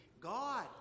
God